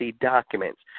documents